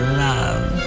love